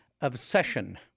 obsession